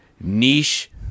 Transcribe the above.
niche